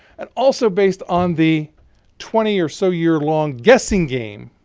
and also based on the twenty or so year long guessing game,